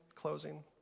closing